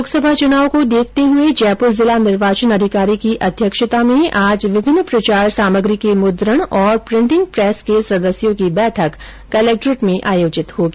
लोकसभा चुनाव को देखते हुए जयपुर जिला निर्वाचन अधिकारी की अध्यक्षता में आज विभिन्न प्रचार समाग्री के मुद्रण और प्रिन्टिंग र्प्रस के सदस्यों की बैठक कलक्ट्रेट में आयोजित की जायेगी